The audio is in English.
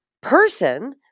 person